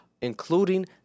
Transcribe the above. including